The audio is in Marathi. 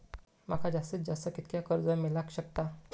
माका जास्तीत जास्त कितक्या कर्ज मेलाक शकता?